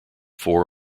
four